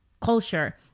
culture